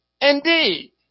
indeed